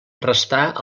restar